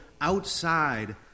outside